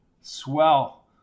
Swell